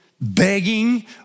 begging